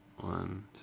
One